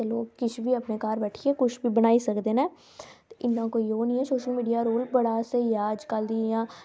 ते लोक अपने घर बैठिये लोक किश बी बनाई सकदे न ते इंया निं ऐ सोशल मीडिया दा बड़ा स्हेई रोल ऐ अज्जकल दी इंया